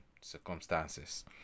circumstances